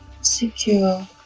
secure